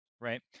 right